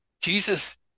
Jesus